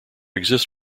exist